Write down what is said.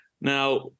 Now